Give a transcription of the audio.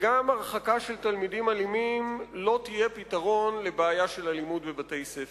וגם הרחקה של תלמידים אלימים לא תהיה פתרון לבעיה של אלימות בבתי-ספר.